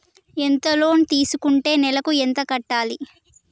ఎంత లోన్ తీసుకుంటే నెలకు ఎంత కట్టాలి?